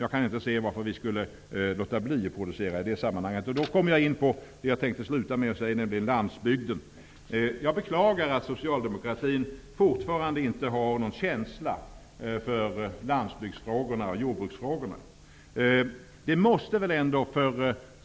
Jag kan inte se varför vi skulle låta bli att producera i det sammanhanget. Jag kommer då in på landsbygden. Jag beklagar att socialdemokratin fortfarande inte har någon känsla för landsbygdsfrågorna och jordbruksfrågorna.